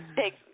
take